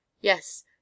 Yes